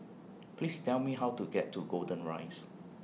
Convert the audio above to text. Please Tell Me How to get to Golden Rise